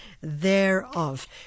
thereof